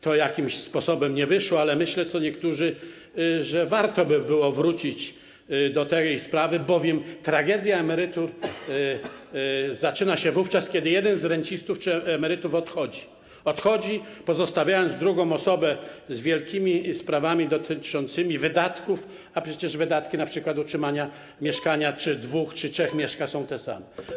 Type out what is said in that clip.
To jakimś sposobem nie wyszło, ale co niektórzy myślą, że warto by było wrócić do tej sprawy, bowiem tragedia emerytów zaczyna się wówczas, kiedy jeden z emerytów - czy rencistów - odchodzi, pozostawiając drugą osobę z wielkimi sprawami dotyczącymi wydatków, a przecież wydatki, np. na utrzymanie mieszkania, dwóch czy trzech mieszkań, są te same.